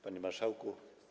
Panie Marszałku!